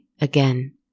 again